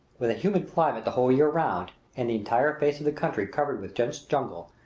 with a humid climate the whole year round, and the entire face of the country covered with dense jungle,